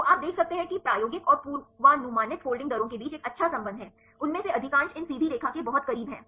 तो आप देख सकते हैं कि प्रायोगिक और पूर्वानुमानित फोल्डिंग दरों के बीच एक अच्छा संबंध है उनमें से अधिकांश इन सीधी रेखा के बहुत करीब हैं